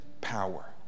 power